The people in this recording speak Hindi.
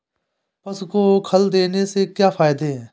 पशु को खल देने से क्या फायदे हैं?